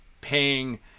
paying